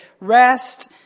rest